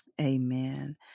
Amen